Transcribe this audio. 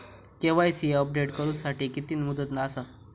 KYC update करू साठी किती मुदत आसा?